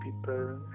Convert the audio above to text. people